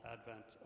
Advent